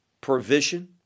provision